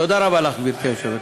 תודה רבה לך, גברתי היושבת-ראש.